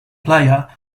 player